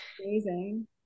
amazing